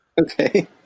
Okay